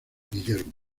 guillermo